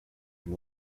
from